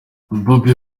bobi